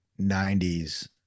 90s